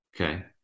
Okay